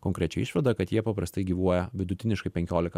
konkrečią išvadą kad jie paprastai gyvuoja vidutiniškai penkiolika